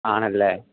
ആണല്ലേ